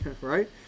right